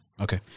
Okay